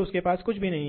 आपके पास है